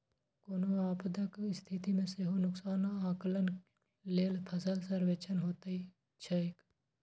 कोनो आपदाक स्थिति मे सेहो नुकसानक आकलन लेल फसल सर्वेक्षण होइत छैक